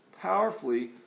powerfully